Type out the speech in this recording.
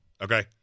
Okay